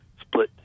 split